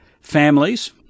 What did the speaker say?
families